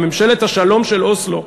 בממשלת השלום של אוסלו,